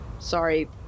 Sorry